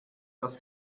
das